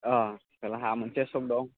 अ खोलाहा मोनसे सख दं